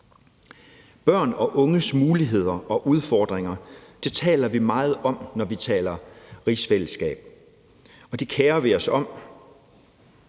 Børn og unges muligheder og udfordringer taler vi meget om, når vi taler rigsfællesskab, og det kerer vi os om,